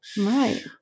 Right